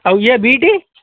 ଆଉ ଇଏ ବିଟ